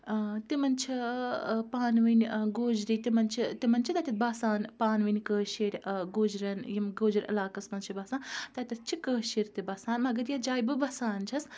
تِمَن چھِ پانہٕ ؤنۍ گوجری تِمَن چھِ تِمَن چھِ تَتٮ۪تھ بَسان پانہٕ ؤنۍ کٲشِرۍ گوجرٮ۪ن یِم گوجِر علاقَس منٛز چھِ بَسان تَتٮ۪تھ چھِ کٲشِرۍ تہِ بَسان مگر یَتھ جایہِ بہٕ بَسان چھَس